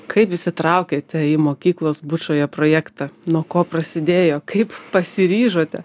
kaip įsitraukėte į mokyklos bučoje projektą nuo ko prasidėjo kaip pasiryžote